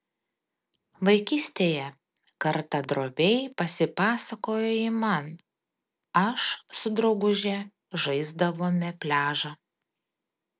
vaikystėje kartą droviai pasipasakojo ji man aš su drauguže žaisdavome pliažą